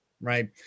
right